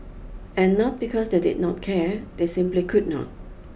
and not because they did not care they simply could not